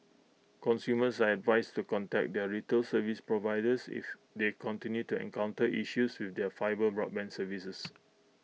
consumers are advised to contact their retail service providers if they continue to encounter issues with their fibre broadband services